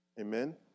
Amen